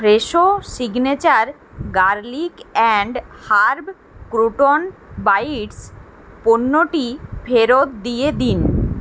Fresho signature garlic and herb crouton bites পণ্যটি ফেরত দিয়ে দিন